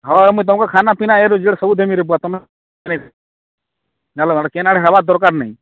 ହଁ ମୁଁଇ ତୁମକୁ ଖାନାପିନା ଏ ଟୁ ଜେଡ଼୍ ସବୁ ଦେବିଁରେ ପୁଅ ତୁମେ ଜାଣିଲ କେନ୍ ଆଡ଼େ ହେବାର ଦରକାର୍ ନାଇଁ